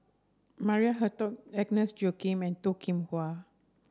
Maria Hertogh Agnes Joaquim and Toh Kim Hwa